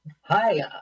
Hi